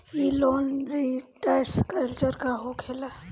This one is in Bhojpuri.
ई लोन रीस्ट्रक्चर का होखे ला?